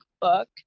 book